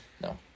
No